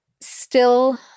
still-